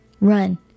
Run